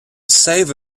save